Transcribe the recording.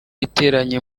iteranye